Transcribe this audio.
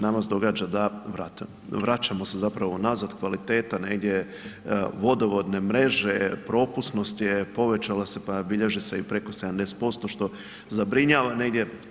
Nama se događa da vraćamo se zapravo nazad, kvaliteta negdje vodovodne mreže, propusnosti je povećala se pa bilježi se i preko 70%, što zabrinjava negdje.